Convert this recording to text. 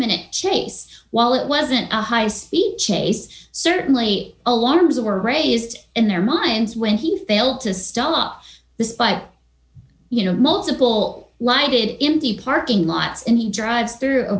minute chase while it wasn't a high speed chase certainly alarms are raised in their minds when he failed to stop the slide you know multiple lighted empty parking lots and he drives through a